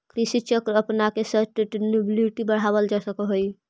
कृषि चक्र अपनाके सस्टेनेबिलिटी बढ़ावल जा सकऽ हइ